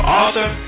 author